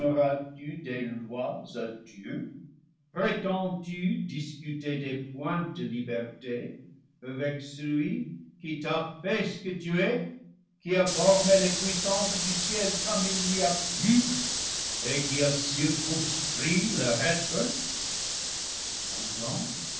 donneras tu des lois à dieu prétends-tu discuter des points de liberté avec celui qui t'a fait ce que tu es qui a formé les puissances du ciel comme il lui a plu et qui a circonscrit leur être cependant